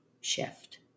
shift